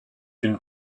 une